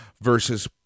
versus